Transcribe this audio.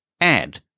Add